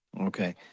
Okay